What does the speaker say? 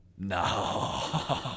No